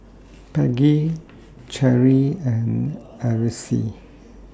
Peggy Cherie and Aracely